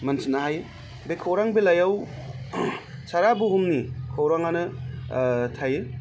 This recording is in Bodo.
मोनथिनो हायो बे खौरां बिलाइयाव सारा बुहुमनि खौराङानो थायो